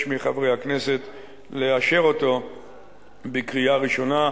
מחברי הכנסת לאשר אותה בקריאה ראשונה,